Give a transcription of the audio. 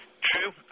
True